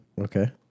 Okay